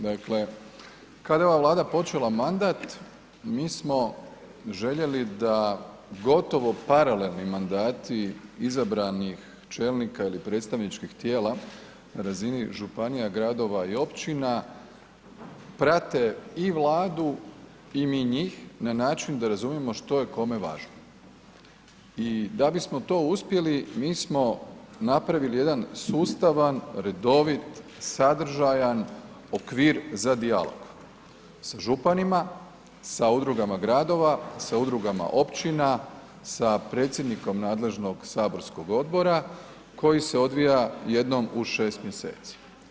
Dakle, kada je ova Vlada počela mandat mi smo željeli da gotovo paralelni mandati izabranih čelnika ili predstavničkih tijela na razini županija, gradova i općina prate i Vladu i mi njih na način da razumijemo što je kome važno i da bismo to uspjeli mi smo napravili jedan sustavan redovit, sadržajan okvir za dijalog sa županima, sa udrugama gradova, sa udrugama općina, sa predsjednikom nadležnog saborskog odbora koji se odvija jednom u šest mjeseci.